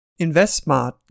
InvestSmart